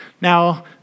Now